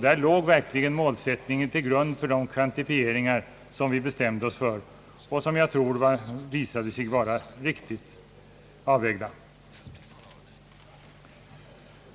Där låg verkligen målsättningen till grund för de kvantifieringar som vi bestämde oss för och som jag tror visade sig vara riktigt avvägda.